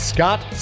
Scott